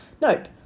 Nope